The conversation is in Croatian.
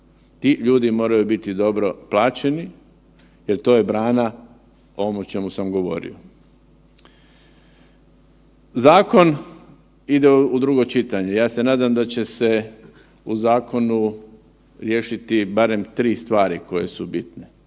Ti ljudi moraju biti dobro plaćeni jer to je brana ovom o čemu sam govorio. Zakon ide u drugo čitanje, ja se nadam da će se u zakonu riješiti barem tri stvari koje su bitne.